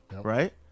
right